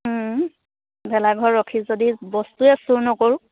ভেলাঘৰ ৰখি যদি বস্তুৱে চুৰ নকৰোঁ